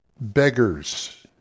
beggars